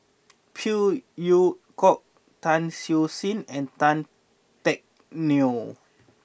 Phey Yew Kok Tan Siew Sin and Tan Teck Neo